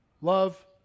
Love